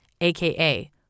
aka